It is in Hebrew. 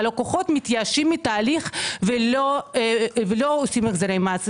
הלקוחות מתייאשים מהתהליך ולא עושים החזרי מס,